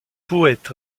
poète